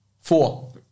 Four